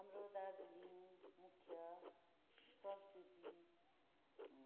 हाम्रो दार्जिलिङ मुख्य संस्कृति